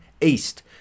east